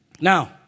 Now